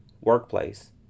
workplace